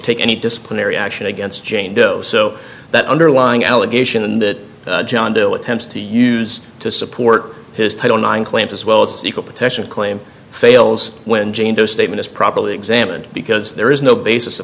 take any disciplinary action against jane doe so that underlying allegation and that john dill attempts to use to support his title nine claims as well as an equal protection claim fails when jane doe statement is properly examined because there is no basis